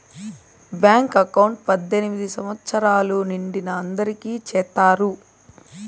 bank account పద్దెనిమిది సంవచ్చరాలు నిండిన అందరికి చేత్తారు